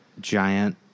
giant